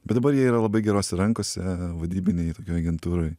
bet dabar jie yra labai gerose rankose vadybinėj tokioj agentūroj